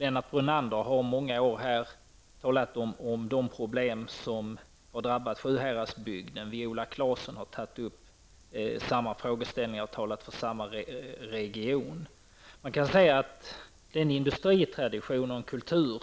Lennart Brunander har i många år här talat om de problem som har drabbat Sjuhäradsbygden. Viola Claesson har tagit upp samma frågor och talat för samma region. Man kan säga att den industritradition och kultur